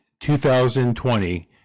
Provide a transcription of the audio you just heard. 2020